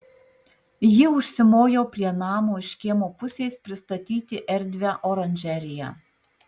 ji užsimojo prie namo iš kiemo pusės pristatyti erdvią oranžeriją